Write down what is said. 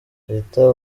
rita